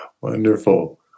Wonderful